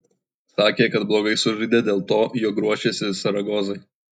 sakė kad blogai sužaidė dėl to jog ruošėsi saragosai